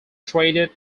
traded